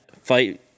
fight